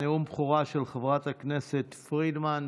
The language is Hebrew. נאום בכורה של חברת הכנסת יסמין פרידמן,